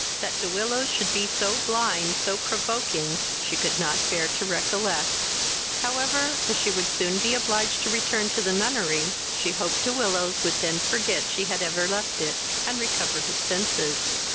that de willows should be so blind, so provoking, she could not bear to recollect however, as she would soon be obliged to return to the nunnery, she hoped de willows would then forget she had ever left it, and recover his senses.